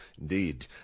Indeed